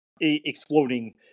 exploding